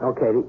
Okay